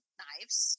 knives